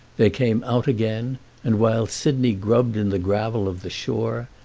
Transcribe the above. they came out again and, while sidney grubbed in the gravel of the shore,